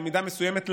במידה מסוימת,